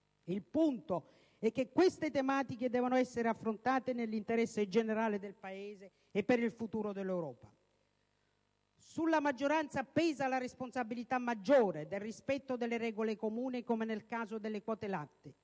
il punto è che queste tematiche devono essere affrontate nell'interesse generale del Paese e per il futuro dell'Europa. Sulla maggioranza pesa la responsabilità maggiore del rispetto delle regole comuni, come nel caso delle quote latte,